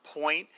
point